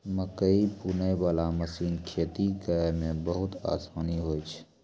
मकैइ बुनै बाला मशीन खेती करै मे बहुत आसानी होय छै